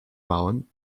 bauern